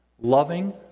loving